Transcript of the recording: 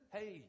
Hey